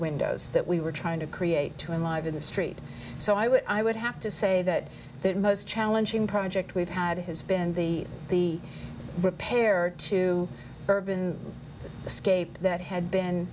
windows that we were trying to create to live in the street so i would i would have to say that the most challenging project we've had has been the the repair to urban escape that